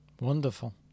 Wonderful